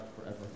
forever